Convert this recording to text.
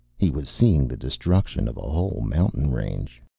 he was seeing the destruction of a whole mountain range.